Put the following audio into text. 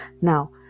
now